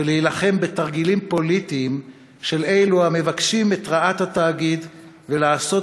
ולהילחם בתרגילים פוליטיים של אלו המבקשים את רעת התאגיד ולעשות